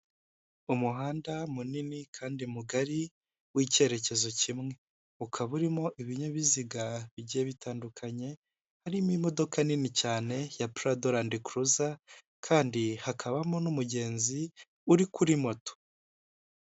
Umuhanda munini kandi mugari w'icyerekezo kimwe, ukaba urimo ibinyabiziga bigiye bitandukanye harimo imodoka nini cyane ya purado randikuruza kandi hakabamo n'umugenzi uri kuri moto.